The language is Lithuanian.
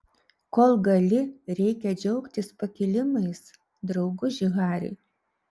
kol gali reikia džiaugtis pakilimais drauguži hari